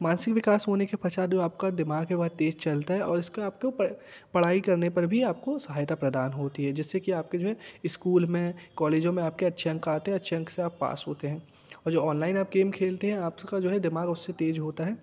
मानसिक विकास होने के पश्चात जो आपका दिमाग़ है वह तेज़ चलता है और इसका आपको पढ़ाई करने पर भी आपको सहायता प्रदान होती है जिससे कि आपके जो है इस्कूल में कॉलेजों में आपके अच्छे अंक आते हैं अच्छे अंक से आप पास होते हैं और जो ऑनलाइन आप गेम खेलते हैं आपका जो है दिमाग़ उससे तेज़ होता है